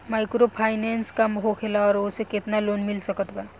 Microfinance का होखेला और ओसे केतना लोन मिल सकत बा?